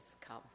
come